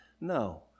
No